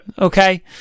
Okay